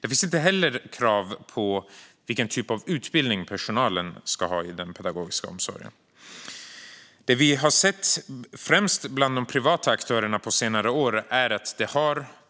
Det finns inte heller krav på vilken utbildning personalen i den pedagogiska omsorgen ska ha.